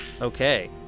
Okay